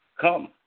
come